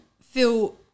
feel